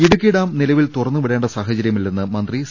Idukki dam നിലവിൽ തുറന്നുവിട്ടേണ്ട സാഹചര്യ മില്ലെന്ന് മന്ത്രി സി